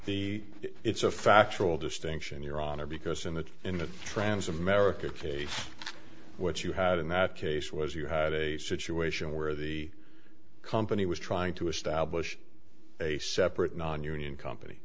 the it's a factual distinction your honor because in the in the trans america case what you had in that case was you had a situation where the company was trying to establish a separate nonunion company